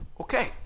Okay